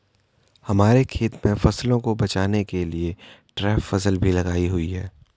हमारे खेत में फसलों को बचाने के लिए ट्रैप फसल भी लगाई हुई है